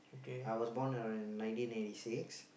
I was born uh in nineteen eighty six